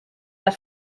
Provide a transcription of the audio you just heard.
that